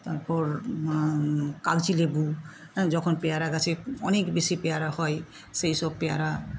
তারপর কাগজি লেবু হ্যাঁ যখন পেয়ারা গাছে অনেক বেশি পেয়ারা হয় সেই সব পেয়ারা